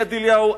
יד-אליהו.